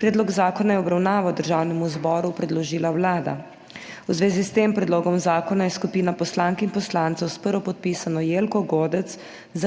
Predlog zakona je v obravnavo Državnemu zboru predložila Vlada. V zvezi s tem predlogom zakona je skupina poslank in poslancev s prvopodpisano Jelko Godec